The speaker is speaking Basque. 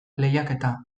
lehiaketa